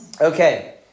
Okay